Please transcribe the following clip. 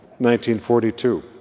1942